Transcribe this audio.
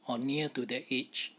or near to the age